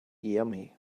yummy